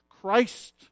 Christ